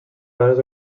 parts